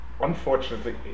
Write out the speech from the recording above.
unfortunately